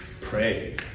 Pray